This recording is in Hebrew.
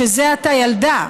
שזה עתה ילדה,